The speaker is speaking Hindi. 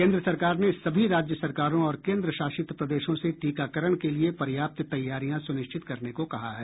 केंद्र सरकार ने सभी राज्य सरकारों और केंद्र शासित प्रदेशों से टीकाकरण के लिए पर्याप्त तैयारियां सुनिश्चित करने को कहा है